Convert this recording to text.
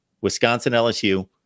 Wisconsin-LSU